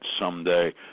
someday